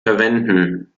verwenden